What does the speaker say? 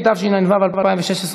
התשע"ו 2016,